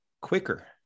quicker